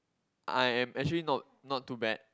I am actually not not too bad